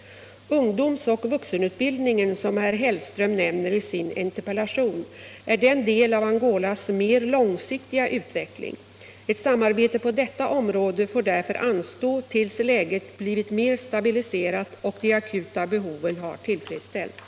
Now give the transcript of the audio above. Ungdoms och vuxenutbildningen, som herr Hellström nämner i sin interpellation, är en del av Angolas mer långsiktiga utveckling. Ett samarbete på detta område får därför anstå tills läget blivit mer stabiliserat och de akuta behoven har tillfredsställts.